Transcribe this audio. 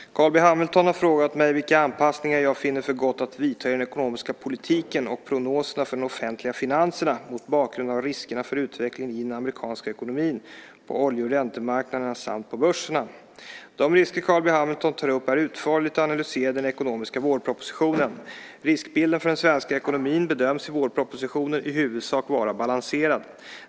Fru talman! Carl B Hamilton har frågat mig vilka anpassningar jag finner för gott att vidta i den ekonomiska politiken och prognoserna för de offentliga finanserna mot bakgrund av riskerna för utvecklingen i den amerikanska ekonomin, på olje och räntemarknaderna samt på börserna. De risker Carl B Hamilton tar upp är utförligt analyserade i den ekonomiska vårpropositionen. Riskbilden för den svenska ekonomin bedöms i vårpropositionen i huvudsak vara balanserad.